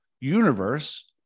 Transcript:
universe